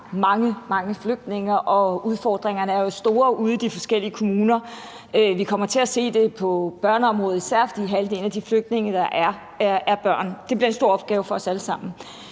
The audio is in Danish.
mange flygtninge. Og udfordringerne er jo store ude i de forskellige kommuner. Vi kommer til at se det på børneområdet, især fordi halvdelen af de flygtninge, der er, er børn. Det bliver en stor opgave for os alle sammen.